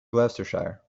gloucestershire